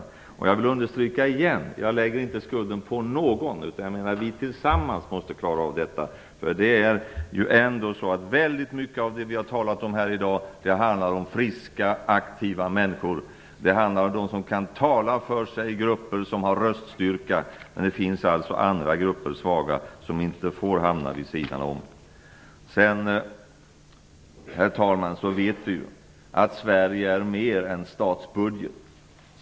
Jag vill återigen understryka att jag inte lägger skulden på någon, utan jag menar att vi måste klara av detta tillsammans. Väldigt mycket av det vi har talat om här i dag handlar om friska, aktiva människor, om dem som kan tala för sig, om grupper som har röststyrka. Men det finns andra, svaga grupper, som inte får hamna vid sidan om. Herr talman! Vi vet att Sverige är mer än statsbudgeten.